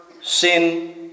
sin